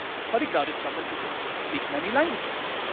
a polyglot is someone who can speak many languages.